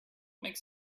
makes